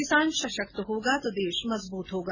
किसान सशक्त होगा तो देश मजबूत होगा